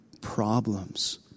problems